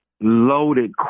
loaded